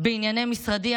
בענייני משרדי,